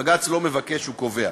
בג"ץ לא מבקש, הוא קובע.